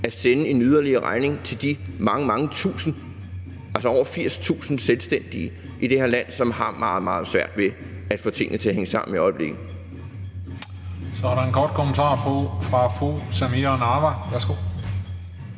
at sende en yderligere regning til de mange, mange tusinde, altså over 80.000 selvstændige i det her land, som har meget, meget svært ved at få tingene til at hænge sammen i øjeblikket. Kl. 14:59 Den fg. formand (Christian Juhl): Så er